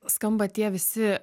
skamba tie visi